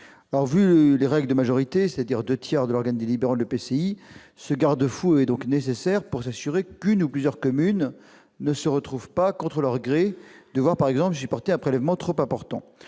Vu les règles de majorité- deux tiers de l'organe délibérant de l'EPCI -, ce garde-fou est nécessaire pour s'assurer qu'une ou plusieurs communes ne se retrouvent pas, contre leur gré, à devoir par exemple supporter un prélèvement trop important.